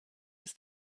ist